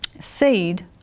seed